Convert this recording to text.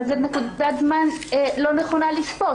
אבל זו נקודת זמן לא נכונה לשפוט.